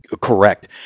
Correct